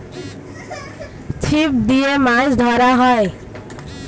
ছিপ দিয়ে মাছ ধরা হয়